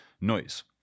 noise